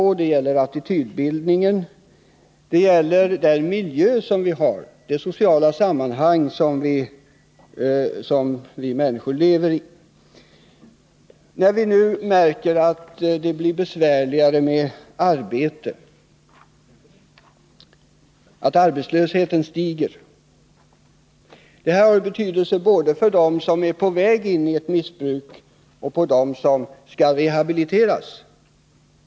I det sammanhanget kan nämnas attitydbildningen och den miljö och det sociala sammanhang vi människor lever i. Vi märker nu att arbetslösheten stiger. Det har betydelse både för dem som är på väg in i ett missbruk och för dem som skall rehabiliteras.